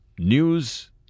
News